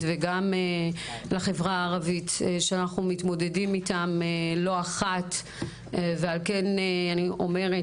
וגם לחברה הערבית שאנחנו מתמודדים איתם לא אחת ועל כן אני אומרת,